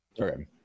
Okay